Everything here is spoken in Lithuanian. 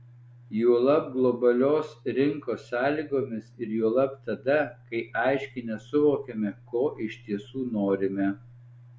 juolab globalios rinkos sąlygomis ir juolab tada kai aiškiai nesuvokiame ko iš tiesų norime